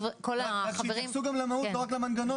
אז שיתייחסו גם למהות ולא רק למנגנון,